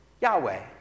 Yahweh